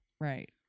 Right